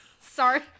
Sorry